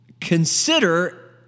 consider